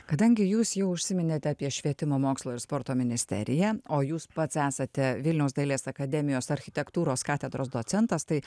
kadangi jūs jau užsiminėte apie švietimo mokslo ir sporto ministeriją o jūs pats esate vilniaus dailės akademijos architektūros katedros docentas tai